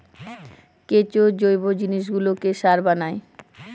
কেঁচো জৈব জিনিসগুলোকে সার বানায়